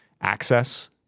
access